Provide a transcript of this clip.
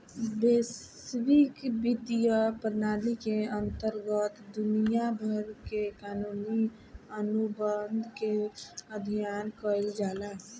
बैसविक बित्तीय प्रनाली के अंतरगत दुनिया भर के कानूनी अनुबंध के अध्ययन कईल जाला